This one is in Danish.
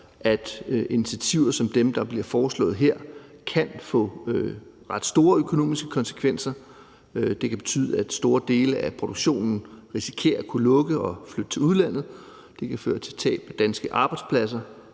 at initiativer som dem, der bliver foreslået her, kan få ret store økonomiske konsekvenser. Det kan betyde, at store dele af produktionen risikerer at skulle lukke og flytte til udlandet. Det kan føre til tab af danske arbejdspladser,